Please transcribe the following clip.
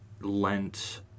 Lent